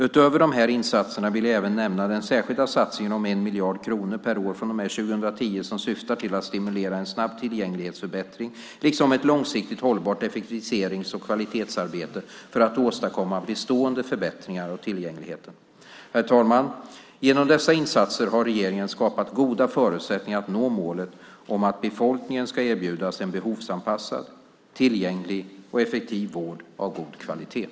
Utöver de här insatserna vill jag även nämna den särskilda satsning om 1 miljard kronor per år från och med 2010 som syftar till att stimulera en snabb tillgänglighetsförbättring liksom ett långsiktigt hållbart effektiviserings och kvalitetsarbete för att åstadkomma bestående förbättringar av tillgängligheten. Herr talman! Genom dessa insatser har regeringen skapat goda förutsättningar att nå målet om att befolkningen ska erbjudas en behovsanpassad, tillgänglig och effektiv vård av god kvalitet.